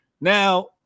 now